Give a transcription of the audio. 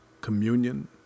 communion